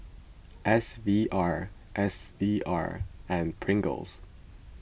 S V R S V R and Pringles